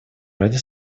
ради